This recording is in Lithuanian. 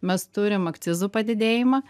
mes turim akcizų padidėjimą